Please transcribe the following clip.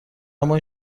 همان